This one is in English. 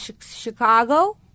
chicago